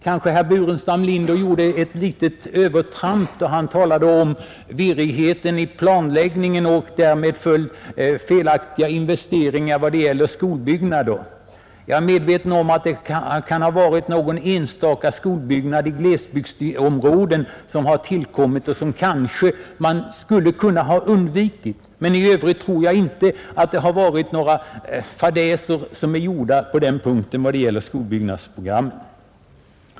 Kanske herr Burenstam Linder gjorde ett litet övertramp då han talade om virrigheten i planläggningen och därmed felaktiga investeringar vad det gäller skolbyggnader. Jag är medveten om att det kan ha varit någon enstaka skolbyggnad i glesbygdsområden som man skulle ha kunnat undvika att uppföra, men i övrigt tror jag inte att det har gjorts några fadäser i fråga om skolbyggnadsprogrammet.